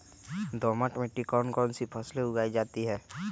दोमट मिट्टी कौन कौन सी फसलें उगाई जाती है?